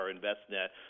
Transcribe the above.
InvestNet